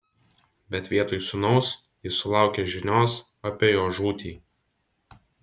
bet vietoj sūnaus ji sulaukė žinios apie jo žūtį